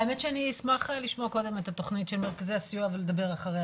האמת שאני אשמח לשמוע קודם את התוכנית של מרכזי הסיוע ולדבר אחריה,